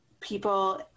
people